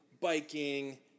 biking